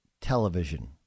television